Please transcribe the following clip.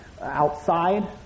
outside